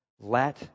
Let